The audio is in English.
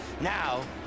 Now